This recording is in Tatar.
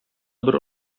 бер